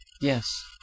Yes